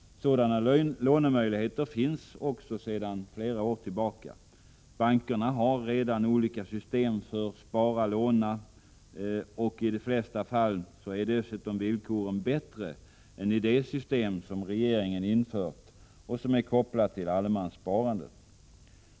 Sådana lånemöjligheter finns sedan flera år tillbaka. Bankerna har redan olika spara/låna-system. I de flesta fall är dessutom villkoren bättre än i det system som regeringen infört och som är kopplat till allemanssparandet.